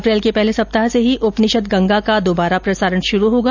अप्रैल के पहले सप्ताह से ही उपनिषद गंगा का भी दुबारा प्रसारण शुरू होगा